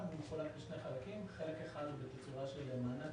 והוא מחולק לשני חלקים כאשר חלק אחד הוא בצורה של מענק,